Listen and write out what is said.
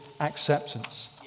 acceptance